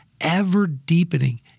ever-deepening